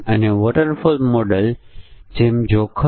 અને પછી આ દરેક પરીક્ષણ કેસ બની જાય છે